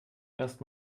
erst